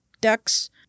ducks